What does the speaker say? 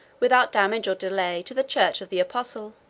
without damage or delay, to the church of the apostle.